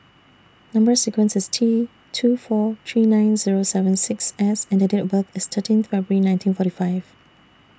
Number sequence IS T two four three nine Zero seven six S and Date of birth IS thirteen February nineteen forty five